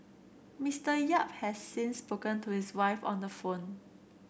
Mister Yap has since spoken to his wife on the phone